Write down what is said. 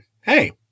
Hey